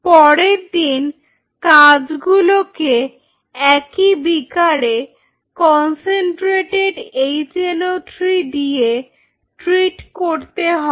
পরের দিন কাঁচ গুলোকে একই বিকারে কনসেন্ট্রেটেড HNO3 দিয়ে ট্রিট করতে হবে